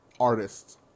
artists